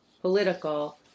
political